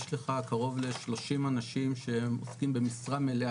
יש לך קרוב ל-30 אנשים שהם עוסקים במשרה מלאה